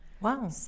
Wow